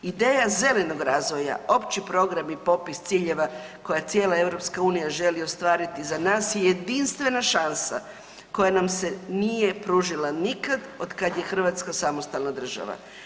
Ideja zelenog razvoja, opći programi i popis ciljeva koja cijela EU želi ostvariti za nas je jedinstvena šansa koja nam se nije pružila nikad od kada je Hrvatska samostalna država.